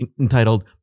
entitled